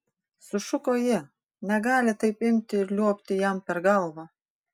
sušuko ji negali taip imti ir liuobti jam per galvą